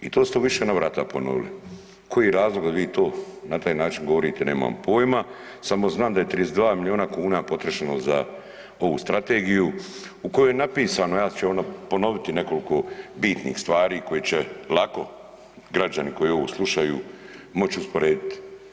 I to ste u više navrata ponovili, koji je razlog da vi to na taj način govorite nemam poima, samo znam da je 32 miliona kuna potrošeno za ovu strategiju u kojoj je napisano, ja ću vam ponoviti nekoliko bitnih stvari koje će lako građani koji ovo slušaju moći usporediti.